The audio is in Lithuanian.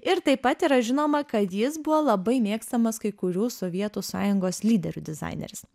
ir taip pat yra žinoma kad jis buvo labai mėgstamas kai kurių sovietų sąjungos lyderių dizaineris